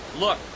Look